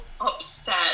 upset